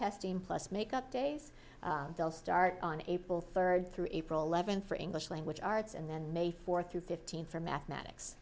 testing plus make up days they'll start on april third through april eleventh for english language arts and then may four through fifteen for mathematics